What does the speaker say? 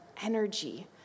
energy